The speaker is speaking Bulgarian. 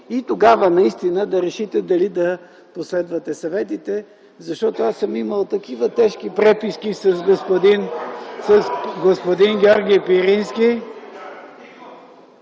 и тогава да решите дали да последвате съветите, защото аз съм имал такива тежки преписки с господин Георги Пирински…